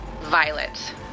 Violet